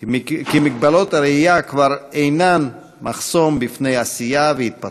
כי מגבלות הראייה כבר אינן מחסום בפני עשייה והתפתחות.